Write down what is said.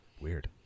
Weird